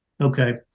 Okay